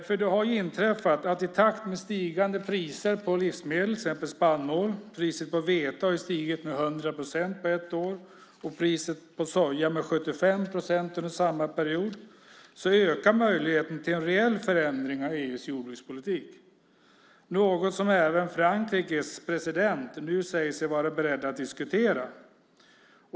För det har inträffat att i takt med stigande priser på livsmedel, till exempel spannmål - priset på vete har stigit med 100 procent på ett år och priset på soja med 75 procent under samma period - ökar möjligheten till en reell förändring av EU:s jordbrukspolitik. Det är något som även Frankrikes president nu säger sig vara beredd att diskutera.